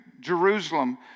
Jerusalem